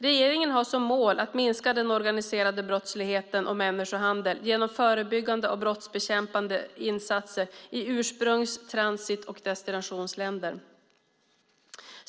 Regeringen har som mål att minska den organiserade brottsligheten och människohandeln genom förebyggande och brottsbekämpande insatser i ursprungs-, transit och destinationsländer.